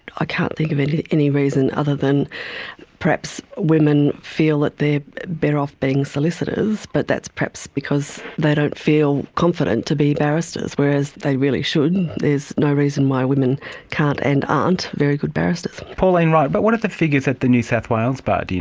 i can't think of and any reason, other than perhaps women feel that they are better off being solicitors, but that's perhaps because they don't feel confident to be barristers, whereas they really should, there's no reason why women can't and aren't very good barristers. pauline wright, but what are the figures at the new south wales bar, do you